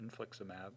Infliximab